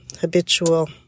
habitual